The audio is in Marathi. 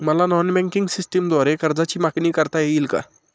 मला नॉन बँकिंग सिस्टमद्वारे कर्जासाठी मागणी करता येईल का?